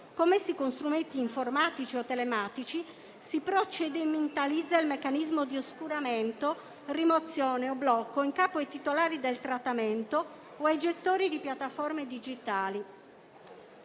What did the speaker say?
commesse con strumenti informatici o telematici, si procedimentalizza il meccanismo di oscuramento, rimozione o blocco in capo ai titolari del trattamento o ai gestori di piattaforme digitali.